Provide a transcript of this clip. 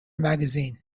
magazine